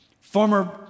Former